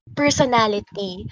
personality